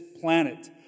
planet